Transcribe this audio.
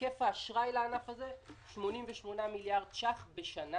היקף האשראי לענף הזה הוא 88 מיליארד שקל בשנה.